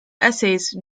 essays